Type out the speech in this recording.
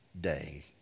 day